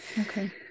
okay